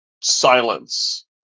silence